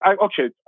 okay